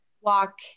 walk